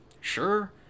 sure